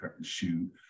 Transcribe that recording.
shoot